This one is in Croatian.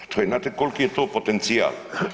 I to je, znate koliki je to potencijal.